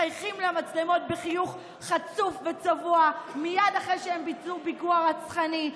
מחייכים למצלמות בחיוך חצוף וצבוע מייד אחרי שהם ביצעו פיגוע רצחני,